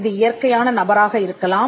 இது இயற்கையான நபராக இருக்கலாம்